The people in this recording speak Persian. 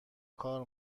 کار